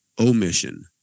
omission